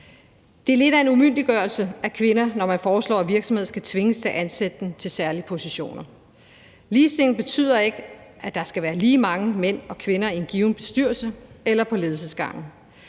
Det er lidt af en umyndiggørelse af kvinder, når man foreslår, at virksomheder skal tvinges til at ansætte dem til særlige positioner. Ligestilling betyder ikke, at der skal være lige mange mænd og kvinder i en given bestyrelse eller på ledelsesgangen.